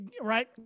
right